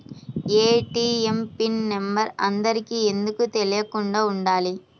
ATM PIN number అందరికి ఎందుకు తెలియకుండా ఉండాలి?